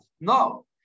No